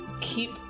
keep